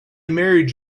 married